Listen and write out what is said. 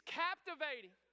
captivating